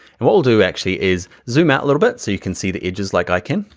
and what we'll do actually is, zoom out a little bit so you can see the edges like i can.